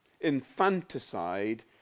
Infanticide